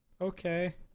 Okay